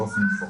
באופן מפורט.